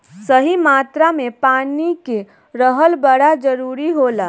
सही मात्रा में पानी के रहल बड़ा जरूरी होला